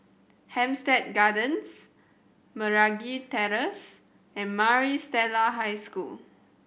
Hampstead Gardens Meragi Terrace and Maris Stella High School